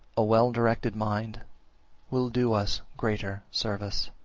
a well-directed mind will do us greater service.